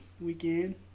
weekend